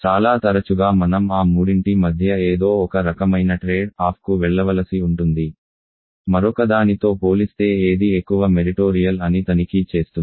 చాలా తరచుగా మనం ఆ మూడింటి మధ్య ఏదో ఒక రకమైన ట్రేడ్ ఆఫ్కు వెళ్లవలసి ఉంటుంది మరొకదానితో పోలిస్తే ఏది ఎక్కువ మెరిటోరియల్ అని తనిఖీ చేస్తుంది